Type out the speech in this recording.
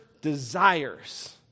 desires